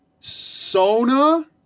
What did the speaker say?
Sona